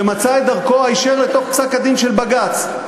שמצא את דרכו היישר לתוך פסק-הדין של בג"ץ.